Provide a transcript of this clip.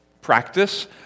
practice